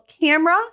camera